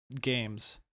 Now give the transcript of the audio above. games